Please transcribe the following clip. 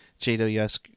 JWS